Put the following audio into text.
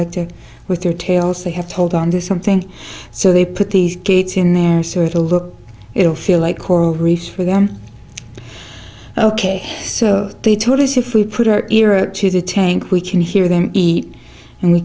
like to with their tails they have to hold on to something so they put these gates in their certain look it'll feel like coral reefs for them ok so they told us if we put our era to the tank we can hear them eat and we